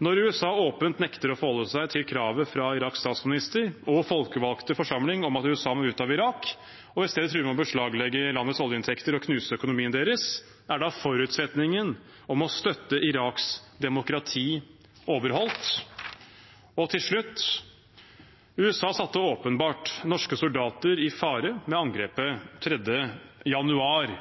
Når USA åpent nekter å forholde seg til kravet fra Iraks statsminister og folkevalgte forsamling om at USA må ut av Irak, og i stedet truer med å beslaglegge landets oljeinntekter og knuse økonomien deres, er da forutsetningen om å støtte Iraks demokrati overholdt? Til slutt: USA satte åpenbart norske soldater i fare med angrepet 3. januar.